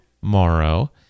Tomorrow